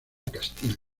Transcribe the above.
castillo